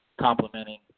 complementing